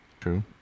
True